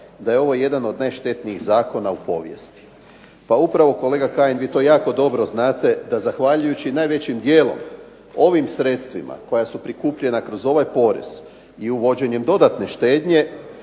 da je ovo jedan od najštetnijih zakona u povijesti. Pa upravo kolega Kajin vi to jako dobro znate da zahvaljujući najvećim dijelom ovim sredstvima koja su prikupljena kroz ovaj porez i uvođenjem dodatne štednje